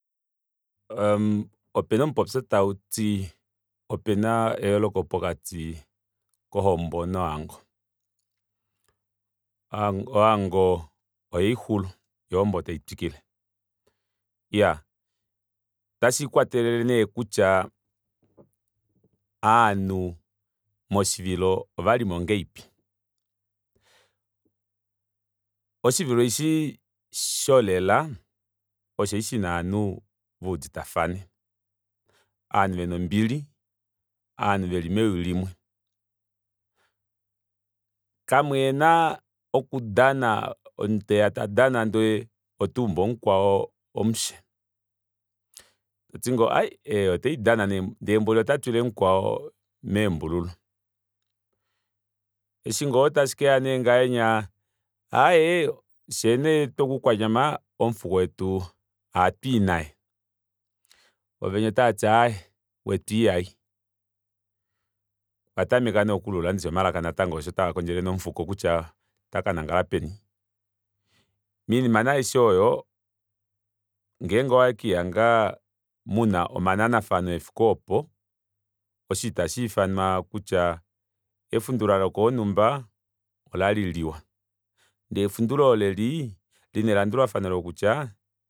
Aa opena omupopyo tauti opena eyooloka pokati kohombo nohango ohango ohaixulu yoo ohombo taitwikile iyaa ota shiikwatelele nee kutya ovanhu moshivilo ovalimo ngahelipi oshivilo eshi sholela osheshi shina ovanhu veuditafane ovanhu vena ombili ovanhu veli mewi limwe kamuna okudana omunu teya tadana ndee otaumbu mukwao omushe toti ngoo ai eyi otaidana nee ndee mboli ota twile mukwao meembululu eshi ngoo tashikeya nee ngahenya aaye fyee nee twokoukwanyama omufuko wetu ohatwii naye voo venya otavati aaye wetu ihayi ovatameka nee okulula omalaka tavakondjele omufuko kutya otakanangala peni moinima nee aishe oyo ngenge owekiihanga muana omananafano efiko oopo osho itashiifanwa kutya efundula lokonumba olali liwa ndee efundula oleli lina elandulafano lokutya